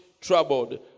troubled